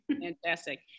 Fantastic